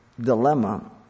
dilemma